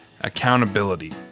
accountability